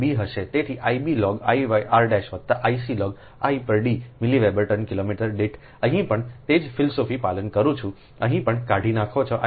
તેથી I b log1 r વત્તા I c log 1 પર D milli weber turn kilometre દીઠ અહીં પણ તે જ ફિલસૂફીનું પાલન કરું છું અહીં પણ કાઢી નાખો છો Ic